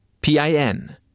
P-I-N